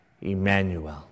Emmanuel